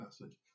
message